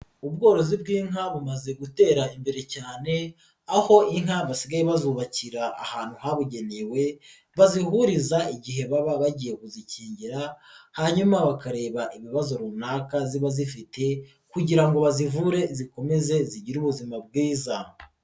Ubworozi bw'inka bumaze gutera imbere cyane, aho inka basigaye bazubakira ahantu habugenewe bazihuriza igihe baba bagiye kuzikingira, hanyuma bakareba ibibazo runaka ziba zifite kugira ngo bazivure zikomeze zigire ubuzima bwiza.